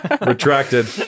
Retracted